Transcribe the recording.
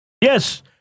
Yes